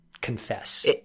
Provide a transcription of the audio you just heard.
confess